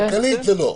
כלכלית זה לא.